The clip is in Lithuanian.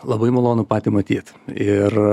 labai malonu patį matyt ir